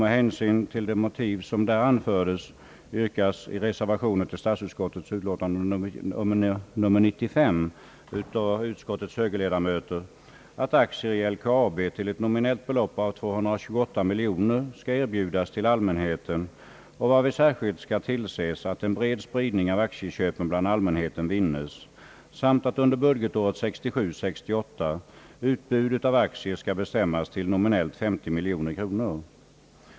Med hänsyn till de motiv som där har anförts yrkas i reservationen till statsutskottets utlåtande nr 95 — en reservation av utskottets högerledamöter — att aktier i LKAB till ett nominellt belopp av 228 miljoner kronor skall erbjudas allmänheten, varvid särskilt skall tillses att en bred spridning av aktieköpen bland allmänheten vinnes, samt att under budgetåret 1967/68 utbudet av aktier skall bestämmas till nominellt 320 miljoner kronor.